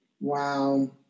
Wow